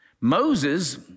Moses